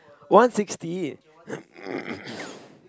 one sixty